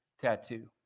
tattoo